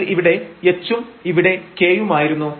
ഇത് ഇവിടെ h ഉം ഇവിടെ k യുമായിരുന്നു